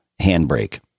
Handbrake